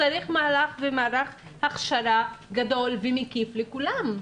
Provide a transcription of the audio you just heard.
צריך מהלך ומערך הכשרה גדול ומקיף לכולם,